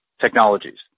technologies